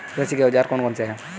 कृषि के औजार कौन कौन से हैं?